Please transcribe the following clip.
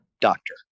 Doctor